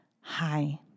Hi